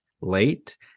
late